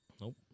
Nope